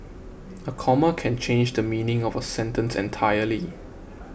a comma can change the meaning of a sentence entirely